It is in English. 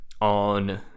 on